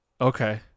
Okay